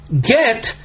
get